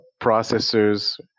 processors